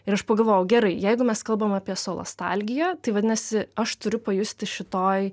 ir aš pagalvojau gerai jeigu mes kalbam apie solostalgiją tai vadinasi aš turiu pajusti šitoj